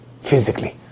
physically